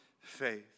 faith